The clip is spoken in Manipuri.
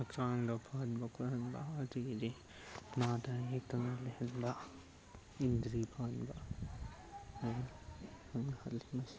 ꯍꯛꯆꯥꯡꯗ ꯐꯍꯟꯕ ꯈꯣꯠꯍꯟꯕ ꯑꯗꯒꯤꯗꯤ ꯅꯥꯗ ꯌꯦꯛꯇꯅ ꯂꯩꯍꯟꯕ ꯏꯟꯗ꯭ꯔꯤ ꯐꯍꯟꯕ ꯍꯥꯏꯅ ꯈꯪꯍꯜꯂꯤ ꯃꯁꯤ